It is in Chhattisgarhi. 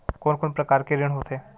कोन कोन प्रकार के ऋण होथे?